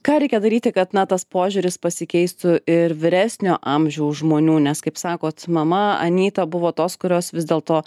ką reikia daryti kad na tas požiūris pasikeistų ir vyresnio amžiaus žmonių nes kaip sakot mama anyta buvo tos kurios vis dėl to